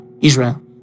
Israel